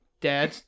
Dad